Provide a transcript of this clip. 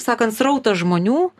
sakant srautas žmonių